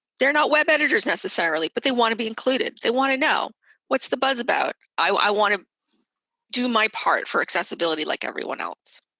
they're not web editors, necessarily, but they want to be included. they want to know what's the buzz about. i want to do my part for accessibility like everyone else.